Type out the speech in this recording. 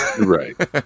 Right